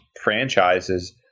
franchises